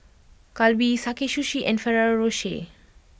Calbee Sakae Sushi and Ferrero Rocher